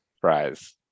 fries